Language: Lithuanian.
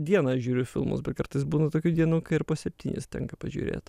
dieną žiūriu filmus bet kartais būna tokių dienų kai ir po septynis tenka pažiūrėt